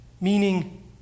Meaning